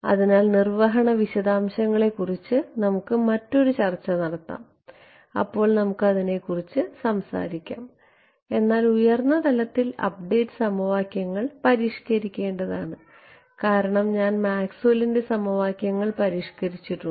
അതിനാൽ നിർവ്വഹണ വിശദാംശങ്ങളെക്കുറിച്ച് നമ്മൾ മറ്റൊരു ചർച്ച നടത്തും അപ്പോൾ നമുക്ക് അതിനെക്കുറിച്ച് സംസാരിക്കാം എന്നാൽ ഉയർന്ന തലത്തിൽ അപ്ഡേറ്റ് സമവാക്യങ്ങൾ പരിഷ്ക്കരിക്കേണ്ടതാണ് കാരണം ഞാൻ മാക്സ്വെല്ലിന്റെ സമവാക്യങ്ങൾ പരിഷ്ക്കരിച്ചിട്ടുണ്ട്